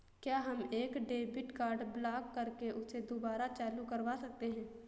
क्या हम एक डेबिट कार्ड ब्लॉक करके उसे दुबारा चालू करवा सकते हैं?